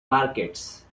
markets